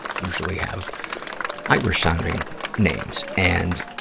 usually have irish-sounding names. and,